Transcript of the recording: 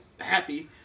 happy